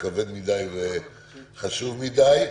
זה כבד מדיי וחשוב מדיי.